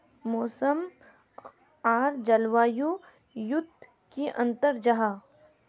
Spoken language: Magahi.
मौसम आर जलवायु युत की अंतर जाहा?